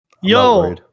Yo